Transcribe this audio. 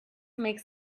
makes